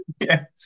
Yes